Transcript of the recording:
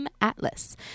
Atlas